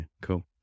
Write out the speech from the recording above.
cool